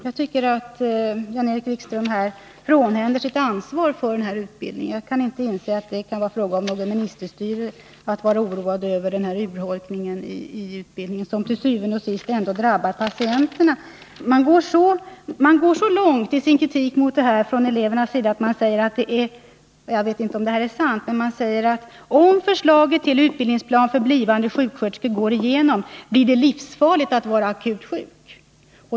Jag tycker att Jan-Erik Wikström inte tar sitt ansvar för den här utbildningen, för jag kan inte inse att det är fråga om ministerstyre, om man är oroad över den här urholkningen i utbildningen som til syvende og sidst ändå drabbar patienterna. Jag vet inte om det här är sant, men eleverna går så långt i sin kritik att de säger, att om förslaget till utbildningsplan för blivande sjuksköterskor går igenom, blir det livsfarligt att vara akut sjuk.